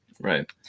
Right